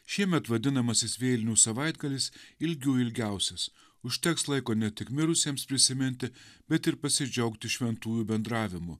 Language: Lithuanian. šiemet vadinamasis vėlinių savaitgalis ilgių ilgiausias užteks laiko ne tik mirusiems prisiminti bet ir pasidžiaugti šventųjų bendravimu